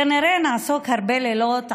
כנראה נעסוק הרבה לילות עכשיו,